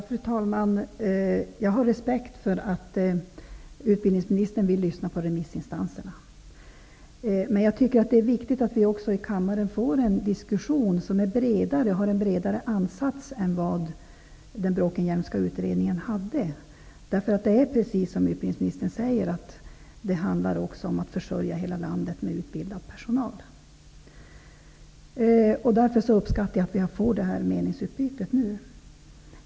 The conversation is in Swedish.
Fru talman! Jag har respekt för att utbildningsministern vill lyssna på remissinstanserna. Men det är viktigt att vi får en diskussion här i kammaren som är bredare och har en bredare ansats än vad den Bråkenhielmska utredningen hade. Precis som utbildningsministern säger handlar det också om att försörja hela landet med utbildad personal. Därför uppskattar jag detta meningsutbyte.